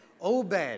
Obed